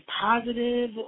positive